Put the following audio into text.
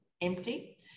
empty